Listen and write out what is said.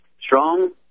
strong